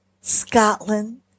Scotland